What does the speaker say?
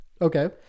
Okay